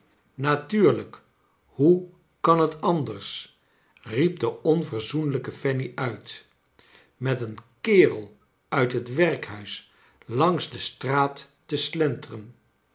natuurlijk hoe kan het anders i riep de onverzoenlijke fanny uit met een kerel uit het werkhuis langs de straat te slenteren